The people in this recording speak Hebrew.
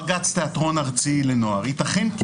בג"ץ תיאטרון ארצי לנוער ייתכן כי